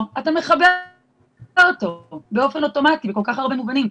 אתה מכבה אותו באופן אוטומטי בכל כך הרבה מובנים.